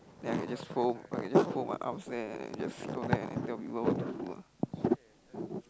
then I can just fold I can just fold my arms then jsut go there and tell people what to do ah